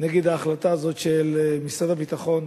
נגד ההחלטה הזאת של משרד הביטחון